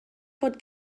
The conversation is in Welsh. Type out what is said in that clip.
bod